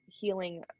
healing